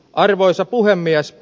arvoisa puhemies